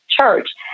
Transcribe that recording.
church